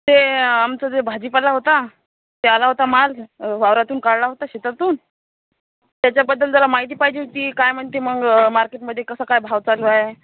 ते आमचं जे भाजीपाला होता ते आला होता माल वावरातून काढला होता शेतातून त्याच्याबद्दल जरा माहिती पाहिजे होती काय म्हणते मग मार्केटमध्ये कसं काय भाव चालू आहे